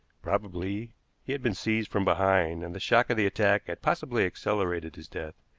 probably he had been seized from behind, and the shock of the attack had possibly accelerated his death,